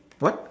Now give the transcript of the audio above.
what